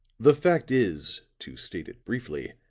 the fact is, to state it briefly,